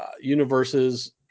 universes